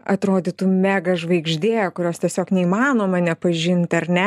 atrodytų mega žvaigždė kurios tiesiog neįmanoma nepažinti ar ne